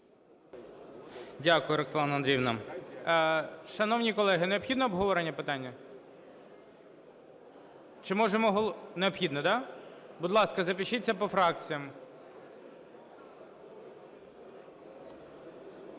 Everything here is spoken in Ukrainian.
Дякую, Роксолано Андріївно. Шановні колеги, необхідно обговорення питання? Необхідно, так? Будь ласка, запишіться по фракціях.